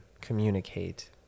communicate